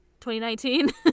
2019